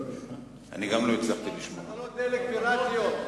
תחנות דלק פיראטיות,